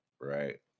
right